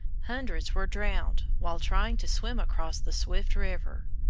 hundreds were drowned while trying to swim across the swift river,